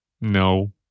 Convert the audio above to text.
no